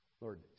Lord